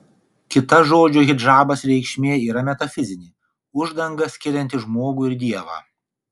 kita žodžio hidžabas reikšmė yra metafizinė uždanga skirianti žmogų ir dievą